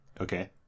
okay